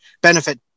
benefit